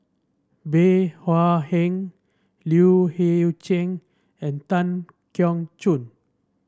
Bey Hua Heng Liu Hei Cheng and Tan Keong Choon